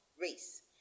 race